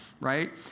right